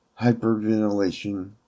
hyperventilation